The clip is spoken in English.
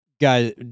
guys